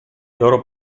loro